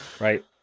right